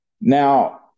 Now